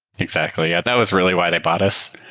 exactly. yeah. that was really why they bought us.